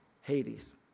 Hades